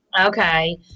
Okay